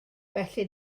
felly